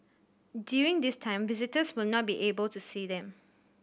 during this time visitors will not be able to see them